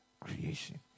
Creation